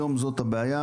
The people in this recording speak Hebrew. היום זאת הבעיה,